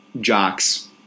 jocks